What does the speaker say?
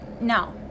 No